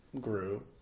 grew